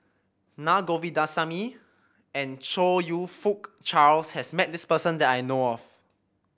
Naa Govindasamy and Chong You Fook Charles has met this person that I know of